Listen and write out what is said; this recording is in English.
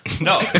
No